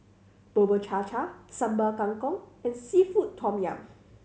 Bubur Cha Cha Sambal Kangkong and seafood tom yum